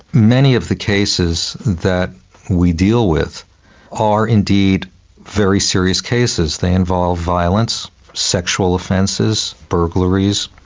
many of the cases that we deal with are indeed very serious cases, they involve violence, sexual offences, burglaries.